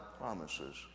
promises